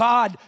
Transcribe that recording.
God